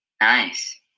Nice